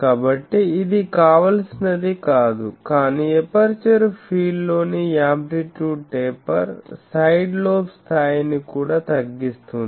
కాబట్టి ఇది కావాల్సినది కాదు కానీ ఎపర్చరు ఫీల్డ్లోని యాంప్లిట్యూడ్ టేపర్ సైడ్ లోబ్ స్థాయిని కూడా తగ్గిస్తుంది